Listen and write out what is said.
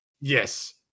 yes